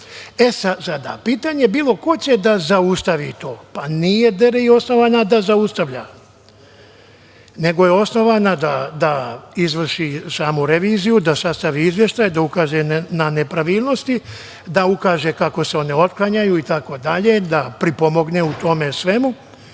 upitali. Pitanje je bilo - ko će da zaustavi to? Pa, nije Državna revizorska institucija osnovana da zaustavlja, nego je osnovana da izvrši samu reviziju, da sastavi izveštaj, da ukazuje na nepravilnosti, da ukaže kako se one otklanjaju itd, da pripomogne u tome svemu